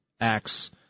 acts